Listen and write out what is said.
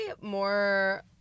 more